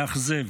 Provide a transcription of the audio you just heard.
מאכזב.